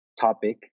topic